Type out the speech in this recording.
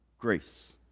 Grace